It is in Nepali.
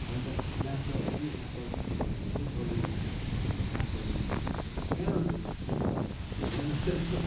अन्त ल्यापटप पनि एप्पलकै किन्यो भने चाहिँ सजिलो हुन्छ रे एप्पल इन्टरफेस हरे कहाँ हुन्छ त्यस्तो हुँदैन त्यस्तो